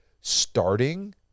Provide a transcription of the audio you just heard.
starting